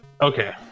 okay